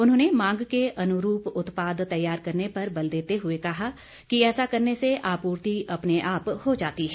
उन्होंने मांग के अनुरूप उत्पाद तैयार करने पर बल देते हुए कहा कि ऐसा करने से आपूर्ति अपने आप हो जाती है